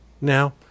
now